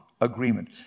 agreement